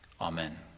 Amen